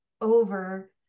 over